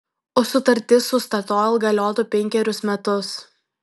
o sutartis su statoil galiotų penkerius metus